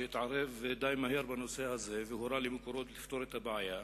שהתערב די מהר בנושא הזה והורה ל"מקורות" לפתור את הבעיה,